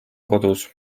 kodus